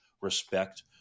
respect